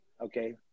Okay